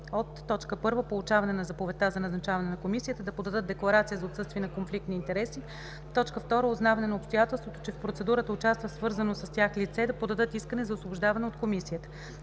срок от: 1. получаване на заповедта за назначаване на комисията да подадат декларация за отсъствие на конфликт на интереси; 2. узнаване на обстоятелството, че в процедурата участва свързано с тях лице, да подадат искане за освобождаване от комисията.